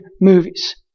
movies